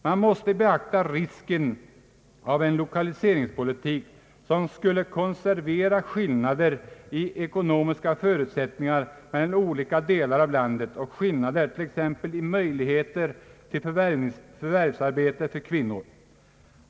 Man måste beakta risken av en lokaliseringspolitik som skulle konservera skillnader i ekonomiska förutsättningar mellan olika delar av landet och skillnader t.ex. i möjligheter till förvärvsarbete för kvinnor.